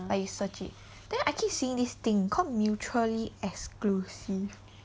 like you search it then I keep seeing this thing called mutually exclusive